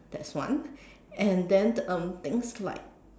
that's one and then um things like